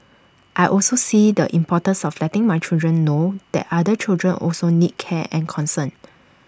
I also see the importance of letting my children know that other children also need care and concern